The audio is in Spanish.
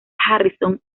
harrison